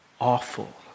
awful